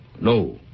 No